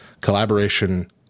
Collaboration